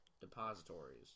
depositories